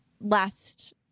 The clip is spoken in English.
last